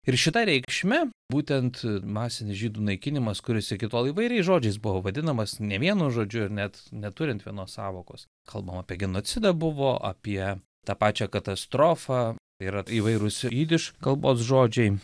ir šita reikšme būtent masinis žydų naikinimas kuris iki tol įvairiais žodžiais buvo vadinamas nevienu žodžiu ir net neturint vienos sąvokos kalbama apie genocidą buvo apie tą pačią katastrofą yra įvairūs jidiš kalbos žodžiai